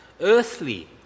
earthly